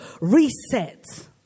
reset